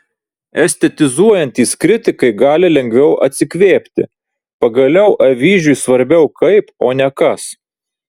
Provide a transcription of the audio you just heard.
estetizuojantys kritikai gali lengviau atsikvėpti pagaliau avyžiui svarbiau kaip o ne kas